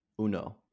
Uno